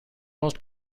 most